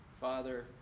Father